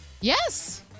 Yes